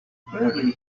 rarely